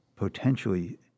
potentially